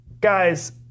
guys